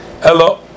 Hello